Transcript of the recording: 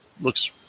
looks